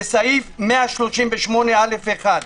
בסעיף 138א1,